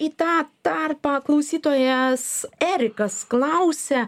į tą tarpą klausytojas erikas klausia